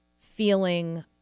feeling